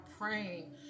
praying